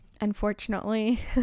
unfortunately